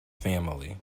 family